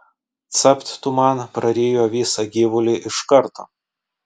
capt tu man prarijo visą gyvulį iš karto